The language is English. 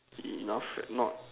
enough and not